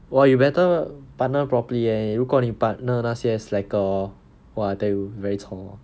!wah! you better partner properly eh 如果你 partner 那些 slacker !wah! I tell you 你会惨 ah